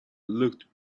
looked